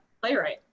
playwright